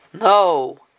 No